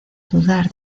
dudar